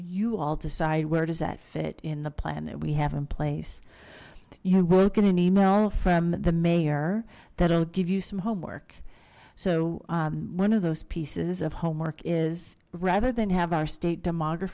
you all decide where does that fit in the plan that we have in place you work in an email from the mayor that'll give you some homework so one of those pieces of homework is rather than have our state